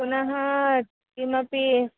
पुनः किमपि